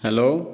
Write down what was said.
hello